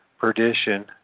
perdition